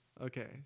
Okay